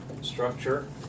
structure